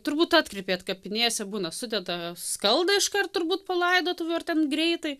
turbūt atkreipėt kapinėse būna sudeda skaldą iškart turbūt po laidotuvių ar ten greitai